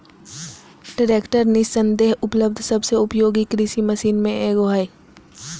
tractor निस्संदेह उपलब्ध सबसे उपयोगी कृषि मशीन में से एगो हइ